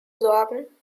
sorgen